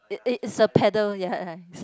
it it's a paddle ya ya